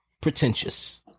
pretentious